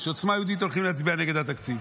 שעוצמה יהודית הולכים להצביע נגד התקציב.